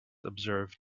observe